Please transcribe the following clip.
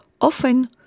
often